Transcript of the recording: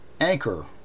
Anchor